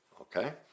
okay